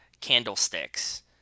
candlesticks